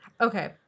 Okay